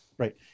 Right